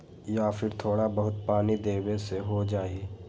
या फिर थोड़ा बहुत पानी देबे से हो जाइ?